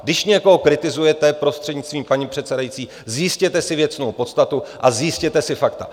Když někoho kritizujete, prostřednictvím paní předsedající, zjistěte si věcnou podstatu a zjistěte si fakta.